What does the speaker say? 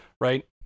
right